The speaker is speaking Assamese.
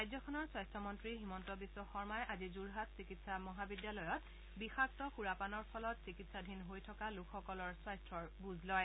ৰাজ্যখনৰ স্বাস্থ্য মন্নী হিমন্ত বিশ্ব শৰ্মাই আজি যোৰহাট চিকিৎসা মহাবিদ্যালয়ত বিষাক্ত সুৰাপানৰ ফলত চিকিৎসাধীন হৈ থকা লোকসকলৰ স্বাস্থাৰ বুজ লয়